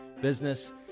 business